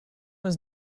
was